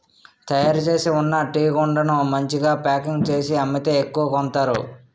తయారుచేసి ఉన్న టీగుండను మంచిగా ప్యాకింగ్ చేసి అమ్మితే ఎక్కువ కొంతారు